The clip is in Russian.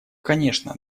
конечно